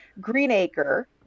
greenacre